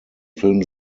film